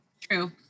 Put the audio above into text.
True